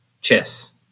chess